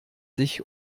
sich